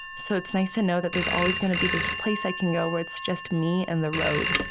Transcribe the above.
so it's nice to know that there's always going to be this place i can go where it's just me and the road.